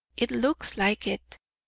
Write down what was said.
it looks like it.